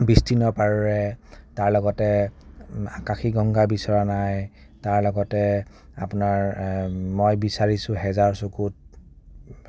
বিস্তীৰ্ণ পাৰৰে তাৰ লগতে আকাশীগংগা বিচৰা নাই তাৰ লগতে আপোনাৰ মই বিচাৰিছোঁ হেজাৰ চকুত